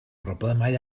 broblemau